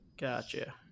Gotcha